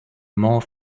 more